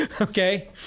Okay